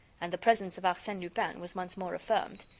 and the presence of arsene lupin was once more affirmed,